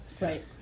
right